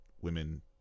women